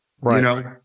Right